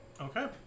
Okay